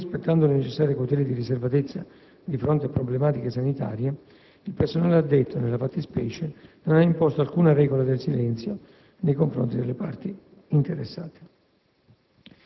Pur rispettando le necessarie cautele di riservatezza di fronte a problematiche sanitarie, il personale addetto, nella fattispecie, non ha imposto alcuna regola del silenzio nei confronti delle parti interessate